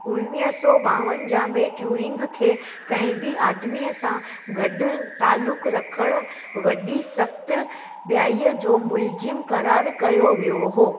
उणिवीह सौ ॿावंजाह में ट्यूरिंग खे कंहिं बि आदमीअ सां गॾु तालुक़ु रखणु वॾी सख़्त बेहयाईअ जो मुलज़िमु क़रारु कयो वियो हो